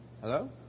Hello